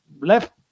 left